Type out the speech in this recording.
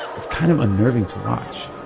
it's kind of unnerving to watch